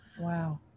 wow